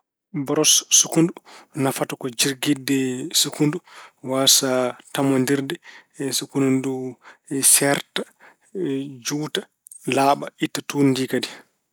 Boros sukkundu nafata ko jirkitde sukkundu waasaa tamondirde. Sukun ndu seerta, juuta, laaɓa, itta tuundi ndi kadi.